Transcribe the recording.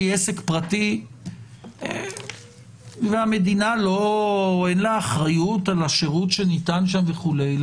שהיא עסק פרטי ולמדינה אין אחריות על השירות שניתן שם וכולי,